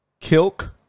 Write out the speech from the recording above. kilk